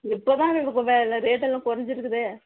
இப்போதுதான் உங்களுக்கு வே இதில் ரேட்டெல்லாம் குறைஞ்சி இருக்குதே